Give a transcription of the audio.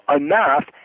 enough